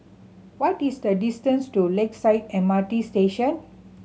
what is the distance to Lakeside M R T Station